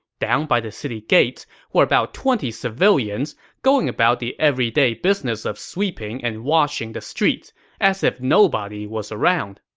down by the city gates were about twenty civilians, going about the everyday business of sweeping and washing the streets as if nobody was around